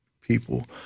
people